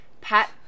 Pat